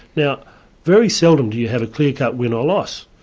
now very seldom do you have a clear-cut win or loss.